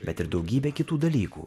bet ir daugybė kitų dalykų